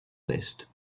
list